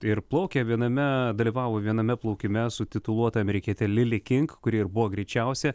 ir plaukė viename dalyvavo viename plaukime su tituluota amerikiete lilly king kuri ir buvo greičiausia